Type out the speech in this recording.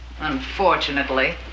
unfortunately